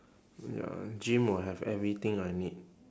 ya gym will have everything I need